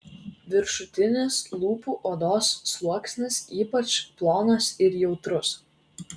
viršutinis lūpų odos sluoksnis ypač plonas ir jautrus